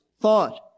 thought